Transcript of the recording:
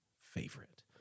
favorite